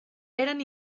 eran